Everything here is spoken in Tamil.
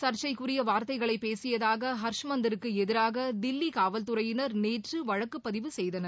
சர்ச்சைக்குரிய வார்த்தைகளை பேசியதாக ஹர்ஷ் மந்தருக்கு எதிராக தில்லி காவல் துறையினர் நேற்று வழக்கு பதிவு செய்தனர்